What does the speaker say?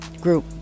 group